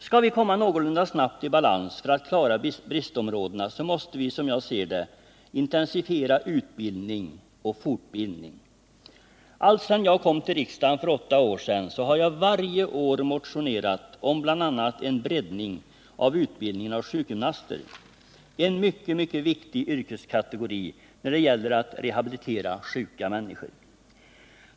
Skall vi komma någorlunda snabbt i balans för att klara bristområdena måste vi som jag ser det intensifiera utbildning och fortbildning. Alltsedan jag kom till riksdagen för åtta år sedan har jag varje år motionerat om bl.a. en breddning av utbildningen av sjukgymnaster — en mycket viktig yrkeskategori när det gäller att rehabilitera sjuka människor.